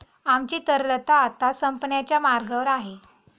आमची तरलता आता संपण्याच्या मार्गावर आहे